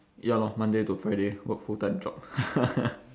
ya lor monday to friday work full time job